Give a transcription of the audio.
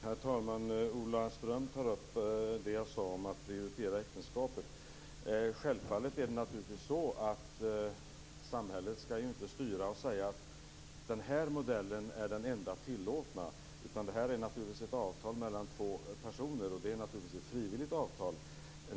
Herr talman! Ola Ström tar upp det jag sade om att prioritera äktenskapet. Självfallet skall inte samhället styra och säga att den här modellen är den enda tillåtna. Det här är ett avtal mellan två personer, och det är naturligtvis frivilligt.